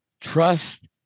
trust